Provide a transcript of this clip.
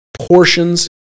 portions